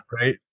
Right